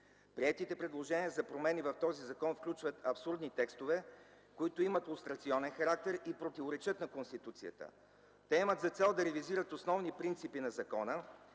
Приетите предложения за промени в този закон включват абсурдни текстове, които имат лустрационен характер и противоречат на Конституцията. Те имат за цел да реализират основни принципи на закона